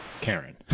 Karen